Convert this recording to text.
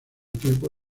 tiempo